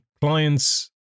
clients